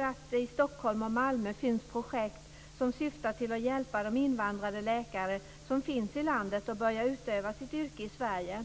att det i Stockholm och Malmö finns projekt som syftar till att hjälpa de invandrade läkare som finns i landet att börja utöva sitt yrke i Sverige.